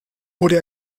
wurde